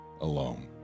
alone